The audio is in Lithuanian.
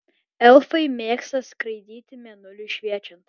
elfai mėgsta skraidyti mėnuliui šviečiant